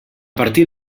partir